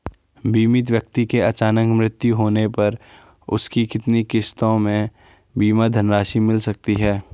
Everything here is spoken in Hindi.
बीमित व्यक्ति के अचानक मृत्यु होने पर उसकी कितनी किश्तों में बीमा धनराशि मिल सकती है?